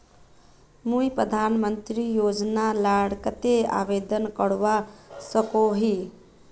मुई प्रधानमंत्री योजना लार केते आवेदन करवा सकोहो ही?